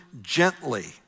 gently